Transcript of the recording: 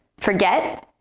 forget,